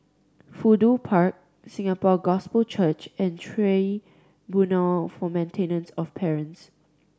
Fudu Park Singapore Gospel Church and Tribunal for Maintenance of Parents